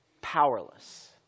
powerless